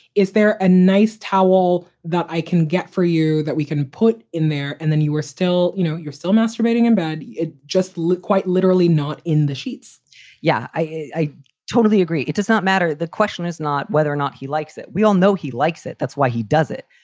is there a nice towel that i can get for you that we can put in there? and then you are still you know, you're still masturbating in bed. it just looks quite literally not in the sheets yeah, i totally agree. it does not matter. the question is not whether or not he likes it. we all know he likes it. that's why he does it.